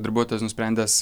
darbuotojas nusprendęs